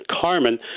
Carmen